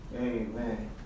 Amen